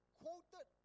quoted